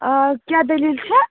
آ کیٛاہ دٔلیٖل چھےٚ